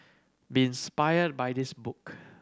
be inspired by this book